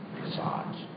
massage